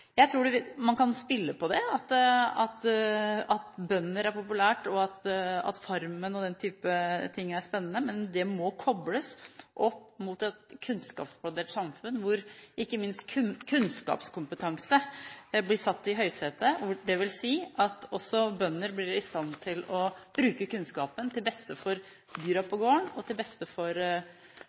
man kan spille på at bønder er populære, og at «Farmen» osv. er spennende. Men dette må kobles opp mot et kunnskapsbasert samfunn, hvor ikke minst kunnskapskompetanse blir satt i høysetet, dvs. at også bønder blir i stand til å bruke kunnskapen til beste for dyra på gården og til beste for